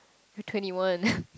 you're twenty one